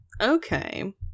Okay